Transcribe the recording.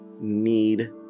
need